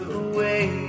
away